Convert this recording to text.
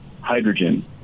hydrogen